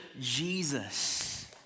Jesus